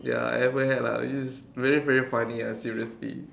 ya ever had lah which is very very funny ah seriously